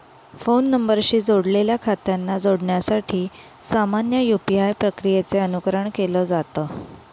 phone नंबरशी जोडलेल्या खात्यांना जोडण्यासाठी सामान्य यू.पी.आय प्रक्रियेचे अनुकरण केलं जात